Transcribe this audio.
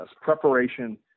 Preparation